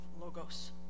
logos